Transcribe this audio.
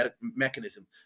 mechanism